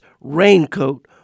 raincoat